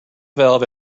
valve